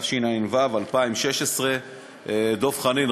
התשע"ו 2016. דב חנין,